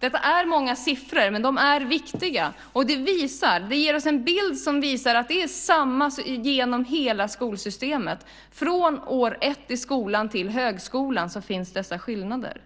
Detta är många siffror, men de är viktiga, och de ger oss en bild som visar att det är på samma sätt genom hela skolsystemet. Från år 1 i skolan till högskolan finns dessa skillnader.